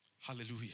Hallelujah